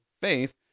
faith